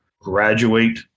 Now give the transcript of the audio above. graduate